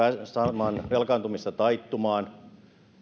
saamaan velkaantumista taittumaan